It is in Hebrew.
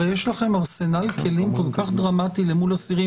הרי יש לכם ארסנל כלים כל כך דרמטי למול אסירים.